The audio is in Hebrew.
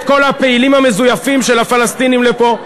כל הפעילים המזויפים של הפלסטינים לפה,